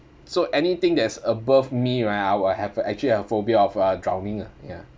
so anything that's above me right I will have actually a phobia of uh drowning ah ya